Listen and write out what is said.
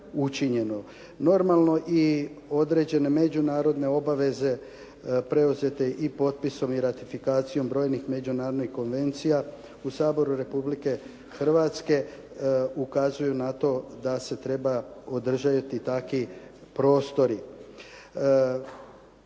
Normalno i određene međunarodne obaveze preuzete i potpisom i ratifikacijom brojnih međunarodnih konvencija u Saboru Republike Hrvatske ukazuju na to da se treba održati takvi prostori.